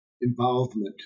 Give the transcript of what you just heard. involvement